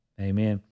Amen